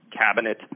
cabinet